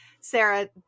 Sarah